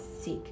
sick